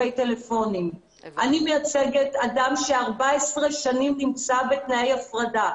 אני מייצגת אדם ש-14 שנים נמצא בתנאי הפרדה.